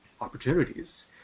opportunities